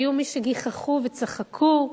היו מי שגיחכו וצחקו,